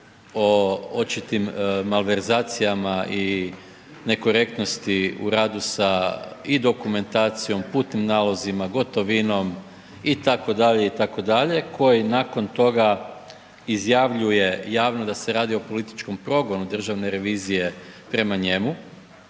o očitim malverzacijama i nekorektnosti u radu sa i dokumentacijom, putnim nalozima, gotovinom itd., itd., koji nakon toga izjavljuje javno da se radi o političkom progonu državne revizije prema njemu,